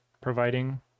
providing